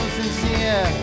sincere